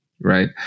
Right